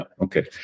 Okay